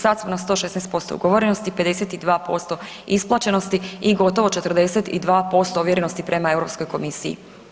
Sad smo na 116% ugovorenosti, 52% isplaćenosti i gotovo 42% ovjerenosti prema Europskoj komisiji.